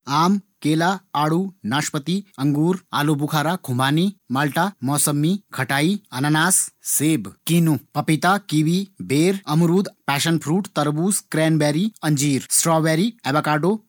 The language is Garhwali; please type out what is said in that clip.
आम, केला आड़ू, नाशपाती, आलुबुखारा, खुमानी, माल्टा, मौसमी, खटाई, अनानास, सेब, किन्नू, पपीता, कीवी, बेर, अमरुद, पेसन फ्रूट, तरबूज, ग्रेन बैरी, अंजीर, स्ट्रो बैरी, अवाकाडो।